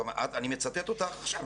אני מצטט אותך עכשיו.